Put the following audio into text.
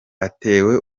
atewe